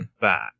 back